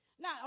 Now